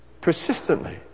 persistently